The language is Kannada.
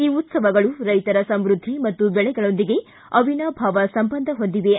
ಈ ಉತ್ತವಗಳು ರೈತರ ಸಮ್ಯದ್ದಿ ಮತ್ತು ಬೆಳೆಗಳೊಂದಿಗೆ ಅವಿನಾಭಾವ ಸಂಬಂಧ ಹೊಂದಿವೆ